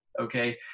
okay